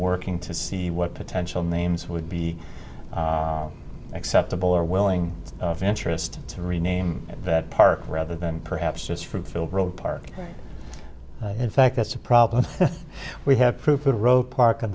working to see what potential names would be acceptable or willing of interest to rename that park rather than perhaps it's from phil bryant park in fact that's a problem we have proof of rope park on